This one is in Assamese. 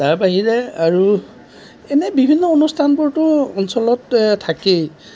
তাৰবাহিৰে আৰু এনেই বিভিন্ন অনুষ্ঠানবোৰটো অঞ্চলত থাকেই